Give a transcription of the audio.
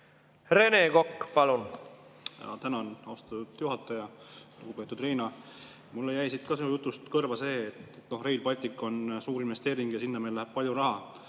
Rene Kokk, palun! Tänan, austatud juhataja! Lugupeetud Riina! Mulle jäi siit ka sinu jutust kõrva see, et Rail Baltic on suur investeering ja sinna läheb palju raha.